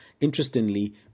interestingly